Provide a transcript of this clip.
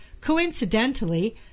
coincidentally